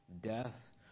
death